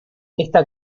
esta